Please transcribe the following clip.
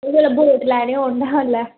जिस बेल्लै बोट लैने होन तां ओल्लै